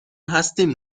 هستیم